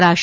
કરાશે